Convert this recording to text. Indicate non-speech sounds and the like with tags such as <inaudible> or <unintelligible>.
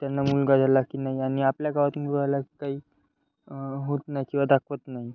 त्यांना मुलगा झाला की नाही आणि आपल्या गावातील <unintelligible> काही होत नाही किंवा दाखवत नाही